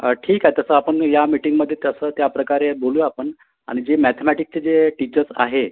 हां ठीक आहे तसं आपण या मिटींगमध्ये तसं त्याप्रकारे बोलूया आपण आणि जे मॅथेमॅटीकचे जे टिचर्स आहे